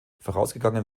vorausgegangen